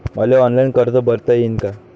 मले ऑनलाईन कर्ज भरता येईन का?